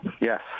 Yes